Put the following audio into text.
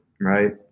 Right